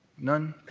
none.